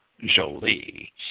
Jolie